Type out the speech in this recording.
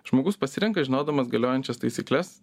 žmogus pasirenka žinodamas galiojančias taisykles